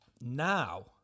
now